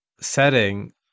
setting